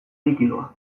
likidoa